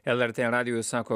lrt radijui sako